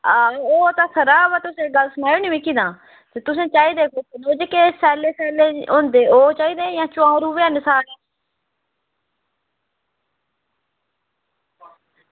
हां ओह् ते खरा अवा तुस इक गल्ल सनाएओ ना मिगी तां ते तुसें चाहिदे ते तुसें ओह् जेह्के सैल्ले सैल्ले होंदे ओह् चाहिदे जां ते चारू बी हैन साढ़ै